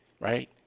right